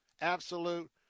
absolute